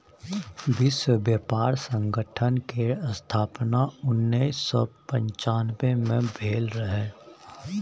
विश्व बेपार संगठन केर स्थापन उन्नैस सय पनचानबे मे भेल रहय